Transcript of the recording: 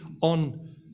On